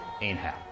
Inhale